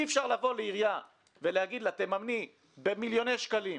אי אפשר לבוא לעירייה ולהגיד לה: תממני במיליוני שקלים,